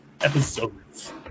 episodes